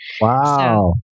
Wow